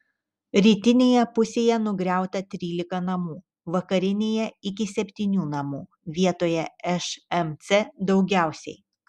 rytinėje pusėje nugriauta trylika namų vakarinėje iki septynių namų vietoje šmc daugiausiai